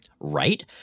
right